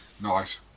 Nice